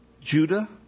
Judah